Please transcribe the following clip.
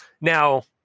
now